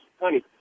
Honey